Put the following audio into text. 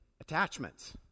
attachments